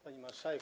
Pani Marszałek!